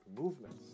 movements